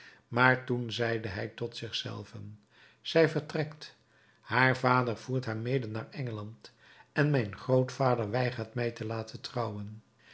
maar toen zeide hij tot zich zelven zij vertrekt haar vader voert haar mede naar engeland en mijn grootvader weigert mij te laten trouwen